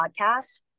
podcast